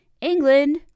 England